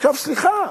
עכשיו, סליחה.